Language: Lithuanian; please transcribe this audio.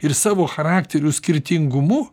ir savo charakterių skirtingumu